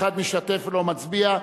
אחד משתתף ולא מצביע.